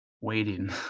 Waiting